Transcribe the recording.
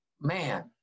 man